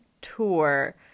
tour